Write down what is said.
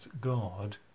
God